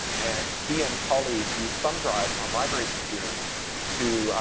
and he and colleagues used thumb drives on library computers to,